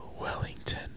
wellington